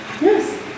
Yes